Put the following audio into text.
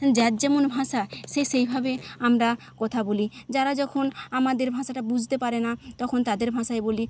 যার যেমন ভাষা সে সেইভাবে আমরা কথা বলি যারা যখন আমাদের ভাষাটা বুঝতে পারে না তখন তাদের ভাষায় বলি